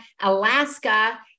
Alaska